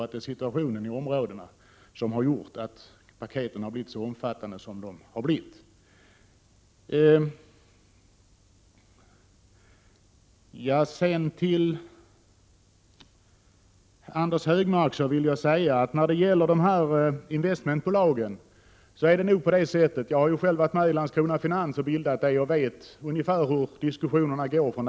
Det är nog situationen i områdena som har gjort att paketen har blivit så här omfattande. Till Anders G Högmark vill jag säga följande när det gäller investmentbolagen. Jag har själv varit med och bildat Landskrona Finans AB och vet därför ungefär hur näringslivet diskuterar.